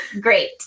great